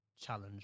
challenge